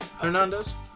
Hernandez